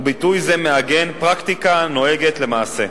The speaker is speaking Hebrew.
וביטוי זה מעגן פרקטיקה הנוהגת למעשה.